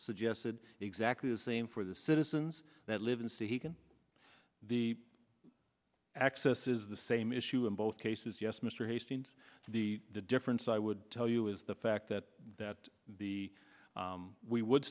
suggested exactly the same for the citizens that live in ca he can the access is the same issue in both cases yes mr hastings the difference i would tell you is the fact that that be we would